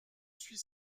suis